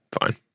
Fine